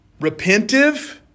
repentive